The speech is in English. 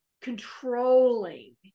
controlling